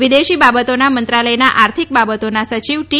વિદેશ બાબતોના મંત્રાલયના આર્થિક બાબતોના સચિવ ટી